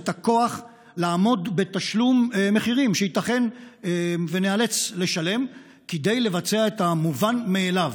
הכוח לעמוד בתשלום מחירים שייתכן שניאלץ לשלם כדי לבצע את המובן מאליו,